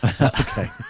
Okay